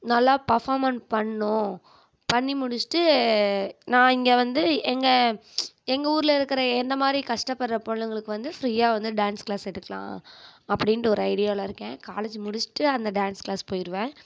நல்லா பர்ஃபார்மெண்ட் பண்ணணும் பண்ணி முடிச்சுட்டு நான் இங்கே வந்து எங்கள் எங்கள் ஊரில் இருக்கிற என்ன மாதிரி கஷ்டப்படுற பொண்ணுங்களுக்கு வந்து ஃப்ரீயாக வந்து டான்ஸ் கிளாஸ் எடுக்கலாம் அப்படின்ட்டு ஒரு ஐடியாவில் இருக்கேன் காலேஜ் முடிச்சுட்டு அந்த டான்ஸ் கிளாஸ் போயிடுருவேன்